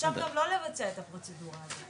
אפשר לא לבצע את הפרוצדורה הזאת.